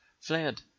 fled